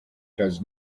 does